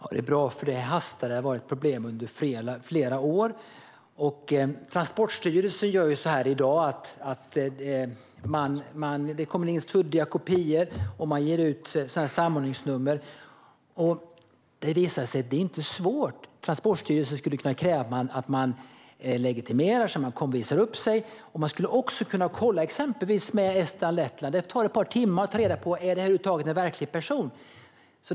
Fru talman! Det är bra, för det hastar. Detta har varit ett problem under flera år. I dag kommer det in suddiga kopior till Transportstyrelsen, och man ger ut samordningsnummer. Transportstyrelsen skulle kunna kräva att människor legitimerar sig och visar upp sig. Man skulle också kunna kolla med Estland och Lettland. Det tar ett par timmar att kolla om det är en verklig person.